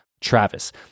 Travis